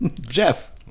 Jeff